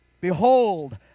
Behold